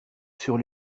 sur